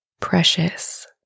precious